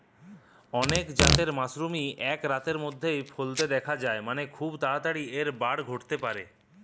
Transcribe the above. অনেক জাতের মাশরুমই এক রাতের মধ্যেই ফলতে দিখা যায় মানে, খুব তাড়াতাড়ি এর বাড়া ঘটতে পারে